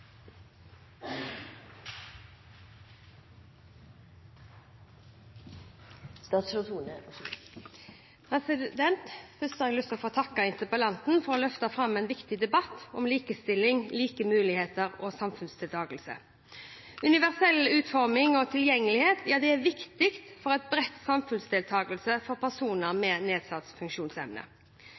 Først vil jeg takke interpellanten for å løfte fram en viktig debatt om likestilling, like muligheter og samfunnsdeltakelse. Universell utforming og tilgjengelighet er viktig for en bred samfunnsdeltakelse for personer med nedsatt funksjonsevne.